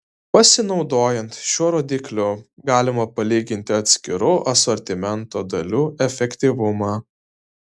pasinaudojant šiuo rodikliu galima palyginti atskirų asortimento dalių efektyvumą